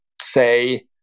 say